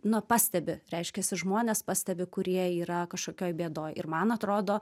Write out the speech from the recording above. nu pastebi reiškiasi žmonės pastebi kurie yra kažkokioj bėdoj ir man atrodo